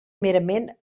merament